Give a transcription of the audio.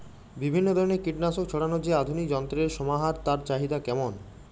বিভিন্ন ধরনের কীটনাশক ছড়ানোর যে আধুনিক যন্ত্রের সমাহার তার চাহিদা কেমন?